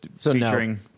featuring